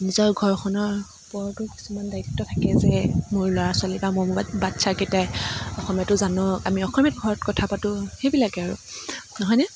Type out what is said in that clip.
নিজৰ ঘৰখনৰ ওপৰতো কিছুমান দায়িত্ব থাকে যে মোৰ ল'ৰা ছোৱালী বা মোৰ বাচ্ছাকেইটাই অসমীয়াটো জানক আমি অসমীয়াত ঘৰত কথা পাতোঁ সেইবিলাকেই আৰু নহয়নে